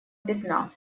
бедна